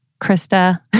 Krista